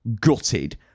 gutted